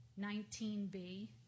19B